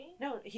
No